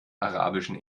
arabischen